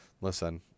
listen